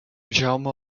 jaume